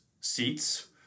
seats